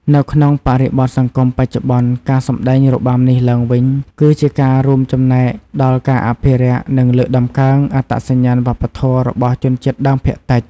នៅក្នុងបរិបទសង្គមបច្ចុប្បន្ន ការសម្តែងរបាំនេះឡើងវិញ គឺជាការរួមចំណែកដល់ការអភិរក្ស និងលើកតម្កើងអត្តសញ្ញាណវប្បធម៌របស់ជនជាតិដើមភាគតិច។